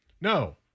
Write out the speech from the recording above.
No